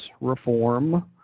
reform